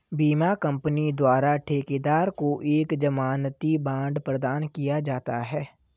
बीमा कंपनी द्वारा ठेकेदार को एक जमानती बांड प्रदान किया जाता है